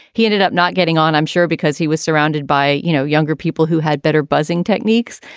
he ended up not getting on, i'm sure, because he was surrounded by, you know, younger people who had better buzzing techniques.